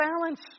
balance